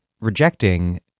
rejecting